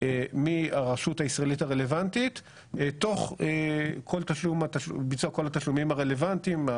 מהרשות הישראלית הרלוונטית תוך ביצוע כל התשלומים הרלוונטיים,